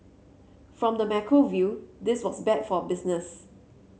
from the macro view this was bad for business